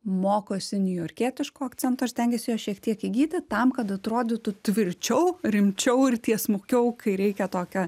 mokosi niujorkietiško akcento ir stengiasi jo šiek tiek įgyti tam kad atrodytų tvirčiau rimčiau ir tiesmukiau kai reikia tokią